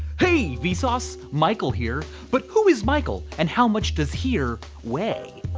hey, vsauce. michael here. but who is michael and how much does here weigh